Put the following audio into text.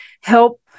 help